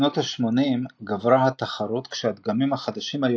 בשנות ה-80 גברה התחרות כשהדגמים החדשים היו